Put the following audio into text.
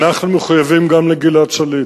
אנחנו מחויבים גם לגלעד שליט.